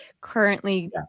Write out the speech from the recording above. currently